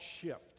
Shift